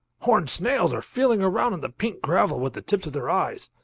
horned snails are feeling around in the pink gravel with the tips of their eyes,